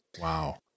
Wow